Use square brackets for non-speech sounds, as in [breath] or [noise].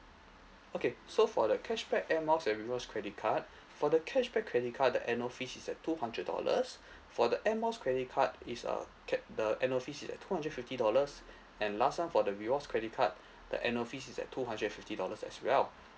okay so for the cashback air miles and rewards credit card [breath] for the cashback credit card the annual fee is at two hundred dollars [breath] for the air miles credit card is uh kept the annual fees is at two hundred fifty dollars [breath] and last one for the rewards credit card [breath] the annual fees is at two hundred and fifty dollars as well